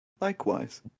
likewise